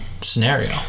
scenario